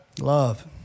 Love